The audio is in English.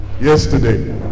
yesterday